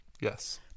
Yes